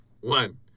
one